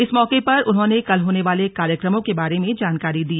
इस मौके पर उन्होंने कल होने वाले कार्यक्रमों के बारे में जानकारी दी